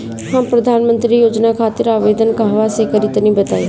हम प्रधनमंत्री योजना खातिर आवेदन कहवा से करि तनि बताईं?